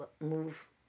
move